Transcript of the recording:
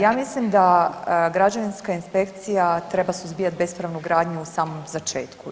Ja mislim da građevinska inspekcija treba suzbijati bespravnu gradnju u samom začetku.